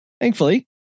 thankfully